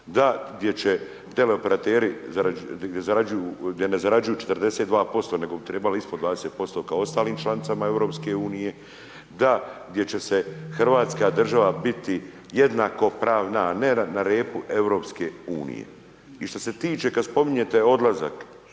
da gdje će teleoperateri zarađuju, gdje ne zarađuju 42% nego bi trebali ispod 20% kao u ostalim članicama Europske unije, da gdje će se Hrvatska država biti jednakopravna, a ne na repu Europske unije. I što se tiče, kad spominjete odlazak